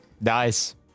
Nice